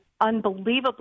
unbelievably